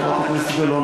חברת הכנסת גלאון,